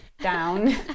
down